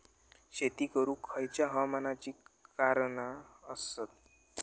शेत करुक खयच्या हवामानाची कारणा आसत?